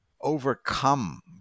overcome